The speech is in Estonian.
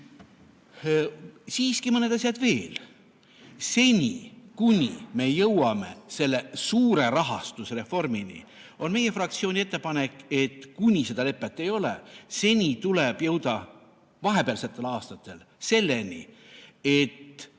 mõned asjad veel. Seni, kuni me jõuame selle suure rahastusreformini, on meie fraktsiooni ettepanek, et kuni seda lepet ei ole, tuleb vahepealsetel aastatel jõuda selleni, et